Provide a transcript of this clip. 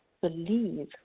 believe